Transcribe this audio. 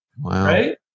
right